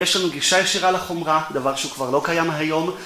יש לנו גישה ישירה לחומרה, דבר שהוא כבר לא קיים היום.